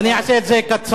אתה יכול להשיב לו.